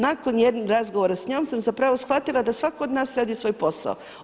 Nakon jednog razgovora s njom sam zapravo shvatila da svako od nas radi svoj posao.